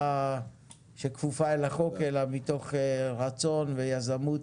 שכפופה לחוק אלא מתוך רצון ויזמות